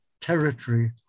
territory